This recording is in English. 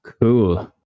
Cool